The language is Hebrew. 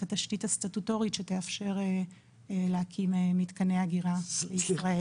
התשתית הסטטוטורית שתאפשר להקים מתקני אגירה בישראל,